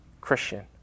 Christian